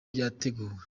byateguwe